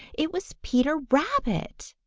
it was peter rabbit!